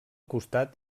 costat